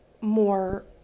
more